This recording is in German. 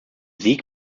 sieg